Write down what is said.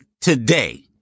today